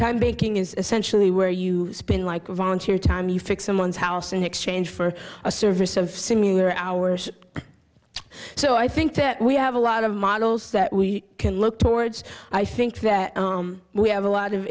time banking is essentially where you spin like a volunteer time you fix someone's house in exchange for a service of similar hours so i think that we have a lot of models that we can look towards i think that we have a lot of